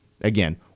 again